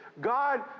God